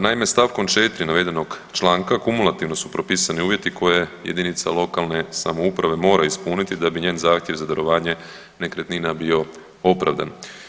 Naime, st. 4 navedenog članka kumulativno su propisani uvjeti koje jedinica lokalne samouprave mora ispuniti da bi njen zahtjev za darovanje nekretnina bio opravdan.